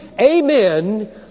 Amen